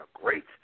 great